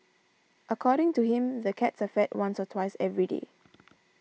according to him the cats are fed once or twice every day